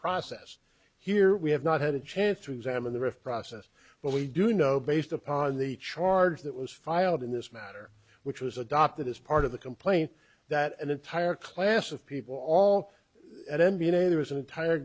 process here we have not had a chance to examine the rift process but we do know based upon the charge that was filed in this matter which was adopted as part of the complaint that an entire class of people all at n b n a there was an entire